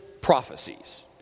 prophecies